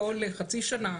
כל חצי שנה?